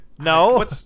No